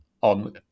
on